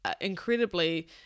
incredibly